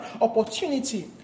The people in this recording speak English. opportunity